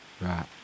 Right